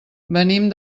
venim